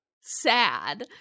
sad